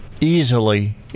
easily